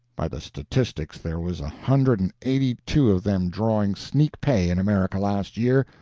by the statistics there was a hundred and eighty-two of them drawing sneak pay in america last year.